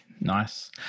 Nice